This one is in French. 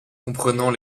comprenant